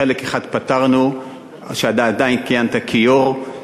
חלק אחד פתרנו כשאתה עדיין כיהנת כיו"ר,